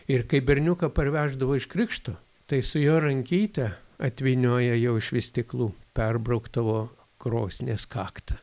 ir kai berniuką parveždavo iš krikšto tai su jo rankyte atvynioja jau iš vystyklų perbraukdavo krosnies kaktą